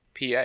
PA